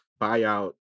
buyout